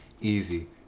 easy